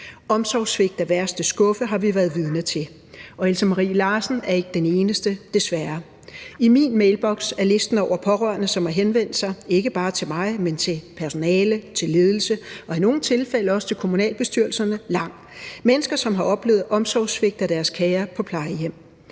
Omsorgssvigt af værste skuffe har vi været vidne til, og Else Marie Larsen er ikke den eneste, desværre. I min mailboks er listen over pårørende, som har henvendt sig, ikke bare til mig, men til personale, til ledelse og i nogle tilfælde også til kommunalbestyrelserne, lang – mennesker, som har oplevet omsorgssvigt af deres kære på plejehjem.